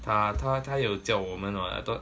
他他他有叫我们 what I thought